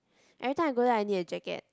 everytime I go there I need a jacket